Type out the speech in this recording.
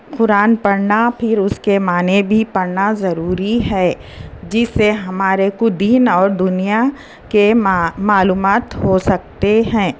قرآن پڑھنا پھر اس کے معنی بھی پڑھنا ضروری ہے جس سے ہمارے کو دین اور دنیا کے ما معلومات ہو سکتے ہیں